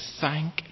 thank